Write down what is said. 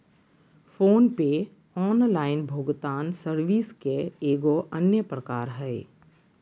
phone पे online भुगतान service के एगो अन्य प्रकार हय